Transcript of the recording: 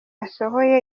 asohoye